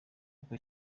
uko